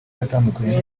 yatandukanye